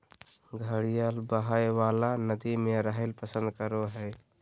घड़ियाल बहइ वला नदि में रहैल पसंद करय हइ